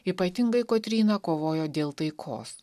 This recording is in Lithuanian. ypatingai kotryna kovojo dėl taikos